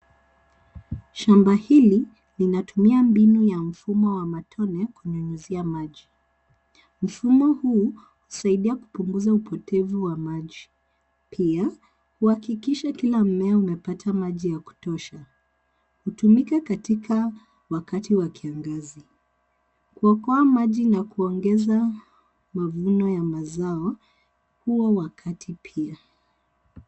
Shamba hili linatumia mbinu ya mfumo wa matone kunyunyuzia maji. Mfumo huu husaidia kupunguza upotevu wa maji. Pia, hukakisha kila mmea unapata maji ya kutosha. Hutumika katika wakati wa kiangazi. Kuokoa maji na kuongeza mavuno ya mazao huwa wakati pia.